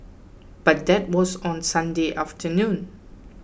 but that was on Sunday afternoon